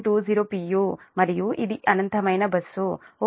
u మరియు ఇది అనంతమైన బస్సు ఓకే